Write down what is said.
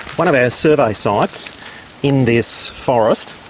one of our survey sites in this forest.